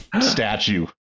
statue